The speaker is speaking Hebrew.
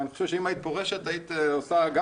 ואני חושב שאם היית פורשת היית עושה גם